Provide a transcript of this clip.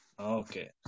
Okay